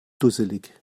dusselig